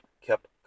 kept